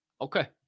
okay